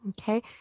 Okay